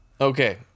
okay